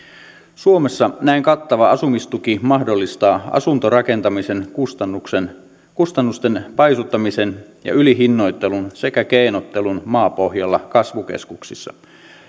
suomessa näin kattava asumistuki mahdollistaa asuntorakentamisen kustannusten kustannusten paisuttamisen ja ylihinnoittelun sekä keinottelun maapohjalla kasvukeskuksissa